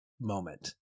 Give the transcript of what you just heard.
moment